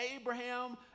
Abraham